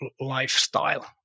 lifestyle